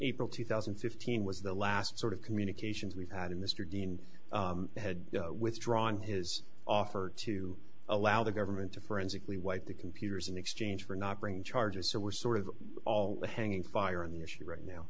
april two thousand and fifteen was the last sort of communications we've had in mr dean had withdrawn his offer to allow the government to forensically wipe the computers in exchange for not bringing charges so we're sort of all hanging fire on the issue right now